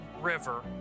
river